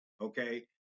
okay